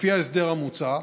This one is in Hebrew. לפי ההסדר המוצע,